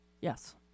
yes